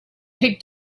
they